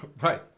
Right